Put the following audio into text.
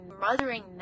mothering